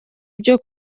byo